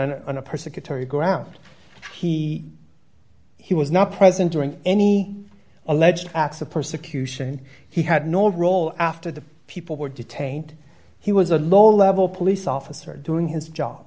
an on a persecutory ground he he was not present during any alleged acts of persecution he had no role after the people were detained he was a low level police officer doing his job